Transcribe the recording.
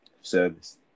service